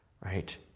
Right